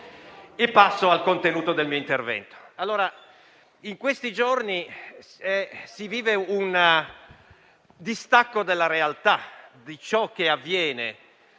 Passo al contenuto del mio intervento. In questi giorni si vive una distacco dalla realtà di ciò che avviene